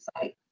site